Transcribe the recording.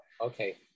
Okay